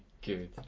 good